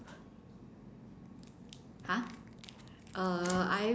!huh! err